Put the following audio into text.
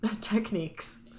techniques